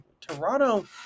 Toronto